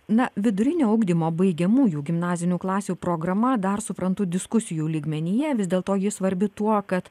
na vidurinio ugdymo baigiamųjų gimnazinių klasių programa dar suprantu diskusijų lygmenyje vis dėl to ji svarbi tuo kad